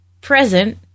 present